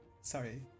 sorry